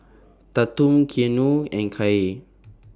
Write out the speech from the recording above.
Tatum Keanu and Kaye